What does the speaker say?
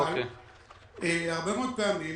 אבל הרבה מאוד פעמים